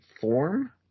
form